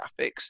graphics